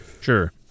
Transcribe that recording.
sure